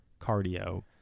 cardio